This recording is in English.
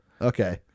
Okay